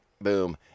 Boom